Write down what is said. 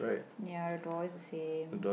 ya the door is the same